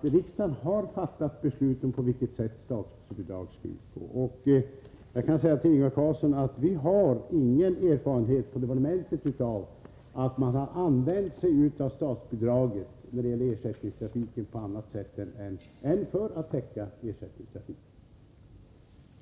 Riksdagen har fattat beslut om på vilket sätt statsbidrag skall utgå. Vi har på departementet ingen erfarenhet av att man har använt sig av statsbidraget när det gäller ersättningstrafik på annat sätt än för att täcka just kostnaderna för ersättningstrafiken.